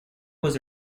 was